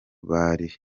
bari